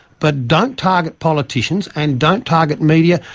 but don't target politicians and don't target media,